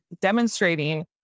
demonstrating